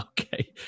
Okay